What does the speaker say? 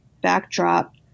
backdrop